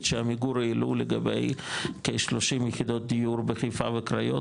שעמיגור העלו לגבי כ-30 יחידות דיור בחיפה וקריות,